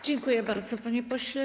Dziękuję bardzo, panie pośle.